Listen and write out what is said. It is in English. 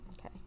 Okay